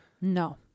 No